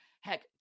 Heck